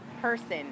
person